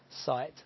site